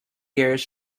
years